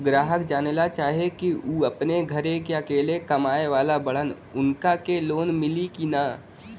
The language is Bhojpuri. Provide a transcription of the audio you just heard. ग्राहक जानेला चाहे ले की ऊ अपने घरे के अकेले कमाये वाला बड़न उनका के लोन मिली कि न?